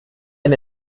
ein